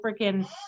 freaking